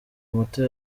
muto